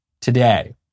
today